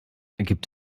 gibt